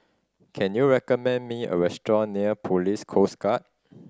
can you recommend me a restaurant near Police Coast Guard